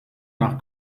nach